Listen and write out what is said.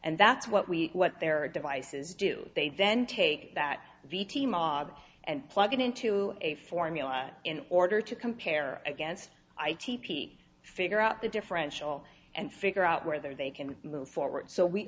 and that's what we what their devices do they then take that v t model and plug it into a formula in order to compare against i t p figure out the differential and figure out where they can move forward so we